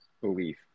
belief